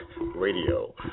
Radio